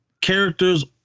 Characters